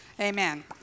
Amen